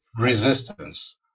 resistance